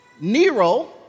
Nero